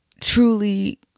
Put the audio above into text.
truly